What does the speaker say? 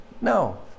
No